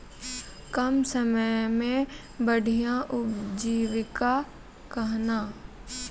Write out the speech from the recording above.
कम समय मे बढ़िया उपजीविका कहना?